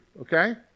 okay